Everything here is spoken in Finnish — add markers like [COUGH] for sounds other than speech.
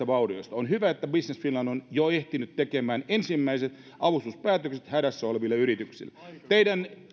[UNINTELLIGIBLE] vaurioista on hyvä että business finland on jo ehtinyt tekemään ensimmäiset avustuspäätökset hädässä oleville yrityksille teidän